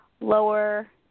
lower